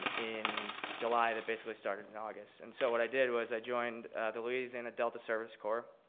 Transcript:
um in july that basically started in august. and so what i did was i joined the louisiana delta service corps,